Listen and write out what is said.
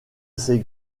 ces